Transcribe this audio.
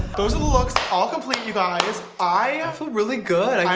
those are the looks all complete you guys. i feel really good.